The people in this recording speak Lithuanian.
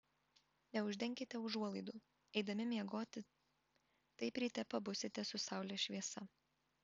neuždenkite užuolaidų eidami miegoti taip ryte pabusite su saulės šviesa